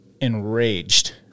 enraged